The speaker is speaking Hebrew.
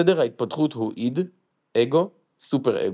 סדר ההתפתחות הוא איד -> אגו -> סופר-אגו.